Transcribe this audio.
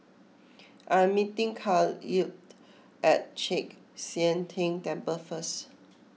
I am meeting Kahlil at Chek Sian Tng Temple first